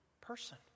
person